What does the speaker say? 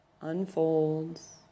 unfolds